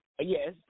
yes